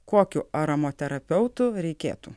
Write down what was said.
kokiu aromaterapeutu reikėtų